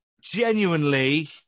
Genuinely